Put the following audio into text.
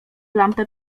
lampę